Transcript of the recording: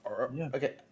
Okay